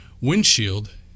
windshield